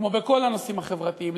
כמו בכל הנושאים החברתיים,